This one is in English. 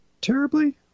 Terribly